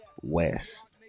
West